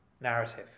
narrative